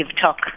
talk